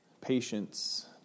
Patience